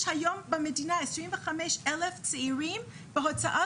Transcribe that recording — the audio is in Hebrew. יש היום במדינה 25 אלף צעירים בהוצאה